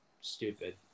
stupid